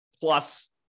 plus